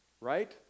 Right